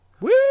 Woo